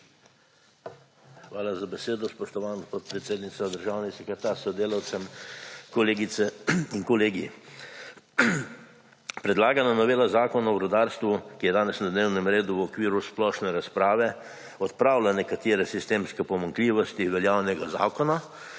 Hvala za besedo, spoštovana podpredsednica. Državni sekretar s sodelavcem, kolegice in kolegi! Predlagana novela Zakona o rudarstvu, ki je danes na dnevnem redu v okviru splošne razprave, odpravlja nekatere sistemske pomanjkljivosti veljavnega zakona,